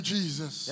Jesus